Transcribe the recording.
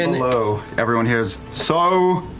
and below, everyone hears so,